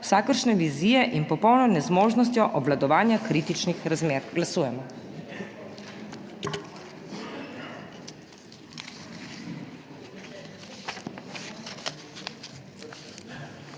vsakršne vizije in popolno nezmožnostjo obvladovanja kritičnih razmer. Glasujemo.